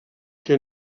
que